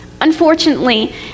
Unfortunately